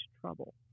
trouble